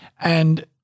And-